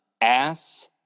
ass